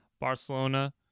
Barcelona